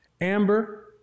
Amber